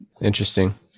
Interesting